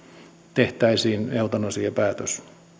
tehtäisiin eutanasiapäätös